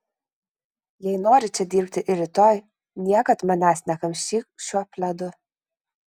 jei nori čia dirbti ir rytoj niekad manęs nekamšyk šiuo pledu